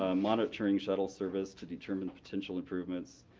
ah monitoring shuttle service to determine potential improvements,